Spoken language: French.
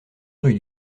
rue